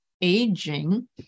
aging